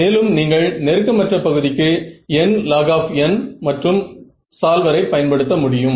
மேலும் நீங்கள் நெருக்கம் அற்ற பகுதிக்கு nlog மற்றும் சால்வரை பயன்படுத்த முடியும்